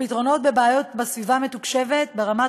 הפתרונות לבעיות בסביבה מתוקשבת הם ברמת